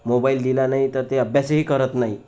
mobile दिला नाही तर ते अभ्यासही करत नाही